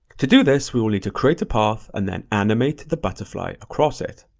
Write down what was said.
to do this, we will need to create a path and then animate the butterfly across it.